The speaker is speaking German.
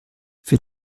für